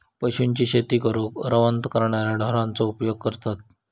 पशूंची शेती करूक रवंथ करणाऱ्या ढोरांचो उपयोग करतत